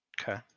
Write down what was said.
Okay